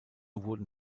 wurden